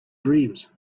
dreams